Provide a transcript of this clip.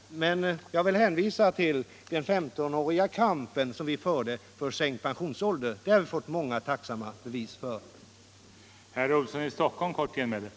Jag vill då hänvisa till den 15-åriga kamp som vi förde för sänkt pensionsålder. För den kampen har vi fått många bevis på tacksamhet.